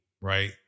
right